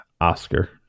Oscar